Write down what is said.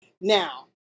Now